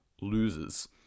loses